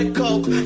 coke